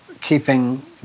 keeping